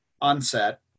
onset